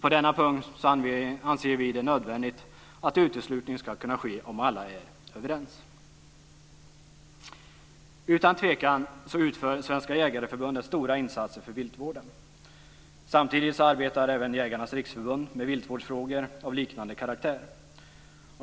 På denna punkt anser vi det nödvändigt att uteslutning ska kunna ske om alla är överens. Utan tvekan utför Svenska Jägareförbundet stora insatser för viltvården. Samtidigt arbetar även Jägarnas Riksförbund med viltvårdsfrågor av liknande karaktär.